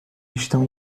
estão